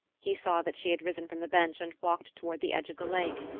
he saw that she had risen from the bench and walked toward the edge of the lake.